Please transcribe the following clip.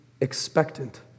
expectant